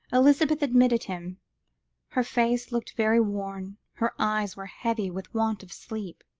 elizabeth admitted him her face looked very worn, her eyes were heavy with want of sleep.